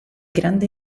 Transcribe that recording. grande